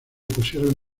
pusieron